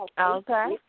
Okay